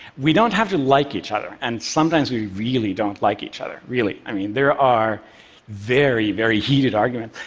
we don't have to like each other and sometimes we really don't like each other. really i mean, there are very, very heated arguments.